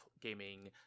gaming